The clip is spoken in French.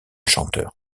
chanteur